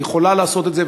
היא יכולה לעשות את זה.